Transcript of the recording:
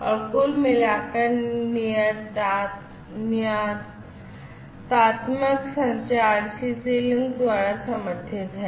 और कुल मिलाकर नियतात्मक संचार CC लिंक द्वारा समर्थित है